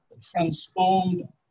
transformed